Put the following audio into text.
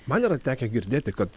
man yra tekę girdėti kad